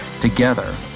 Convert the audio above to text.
Together